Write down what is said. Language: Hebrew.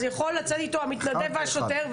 אז יכול לצאת איתו המתנדב והשוטר,